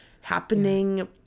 happening